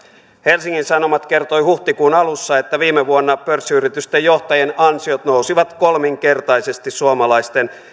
helsingin sanomat kertoi huhtikuun alussa että viime vuonna pörssiyritysten johtajien ansiot nousivat kolminkertaisesti suomalaisten